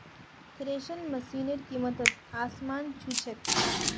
thresher मशिनेर कीमत त आसमान छू छेक